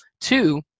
Two